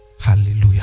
hallelujah